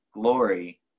glory